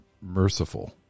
merciful